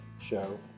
show